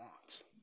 wants